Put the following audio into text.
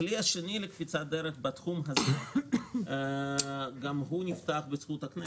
הכלי השני לקפיצת דרך בתחום הזה גם הוא נפתח בזכות הכנסת,